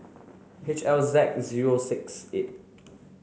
H L Z zero six eight